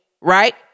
right